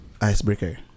icebreaker